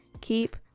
keep